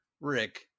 Rick